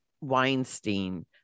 Weinstein